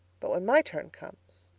but when my turn comes.